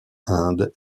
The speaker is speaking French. inde